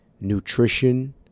nutrition